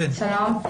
שלום.